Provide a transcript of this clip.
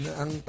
ang